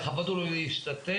לכבוד הוא לי להשתתף.